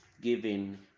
giving